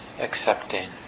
accepting